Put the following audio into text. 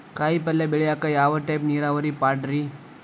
ಕಾಯಿಪಲ್ಯ ಬೆಳಿಯಾಕ ಯಾವ ಟೈಪ್ ನೇರಾವರಿ ಪಾಡ್ರೇ?